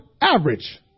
average